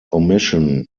omission